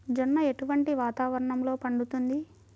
జొన్న ఎటువంటి వాతావరణంలో పండుతుంది?